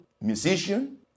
musician